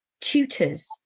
tutors